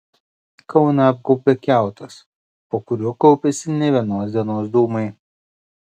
kauną apgaubė kiautas po kuriuo kaupiasi ne vienos dienos dūmai